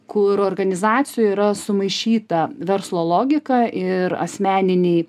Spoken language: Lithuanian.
kur organizacijoj yra sumaišyta verslo logika ir asmeniniai